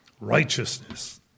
Righteousness